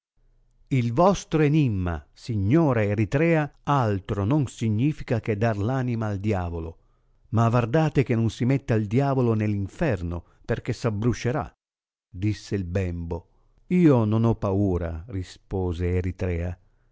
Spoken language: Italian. il vostro enimma signora eritrea altro non significa che dar l anima al diavolo ma vardate che non si metta il diavolo nell'inferno perchè s abbruscierà disse il bembo io non ho paura rispose eritrea